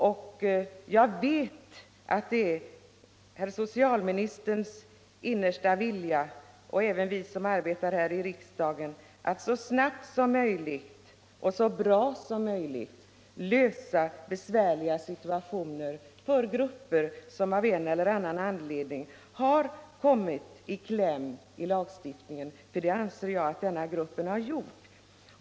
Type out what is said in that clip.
Jag vet naturligtvis att det är socialministerns innersta vilja — samma vilja har också vi som arbetar här i riksdagen — att så snabbt som möjligt och så bra som möjligt lösa besvärliga situationer för grupper som av en eller annan anledning har kommit i kläm i vår lagstiftning — för det anser jag att den här gruppen har gjort.